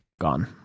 Gone